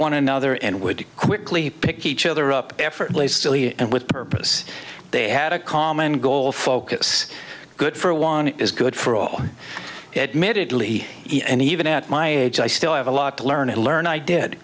one another and would quickly pick each other up effortlessly and with purpose they had a common goal focus good for one is good for all it medically and even at my age i still have a lot to learn and learn i did